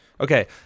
Okay